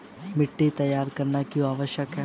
मिट्टी तैयार करना क्यों आवश्यक है?